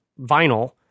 vinyl